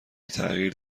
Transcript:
تغییر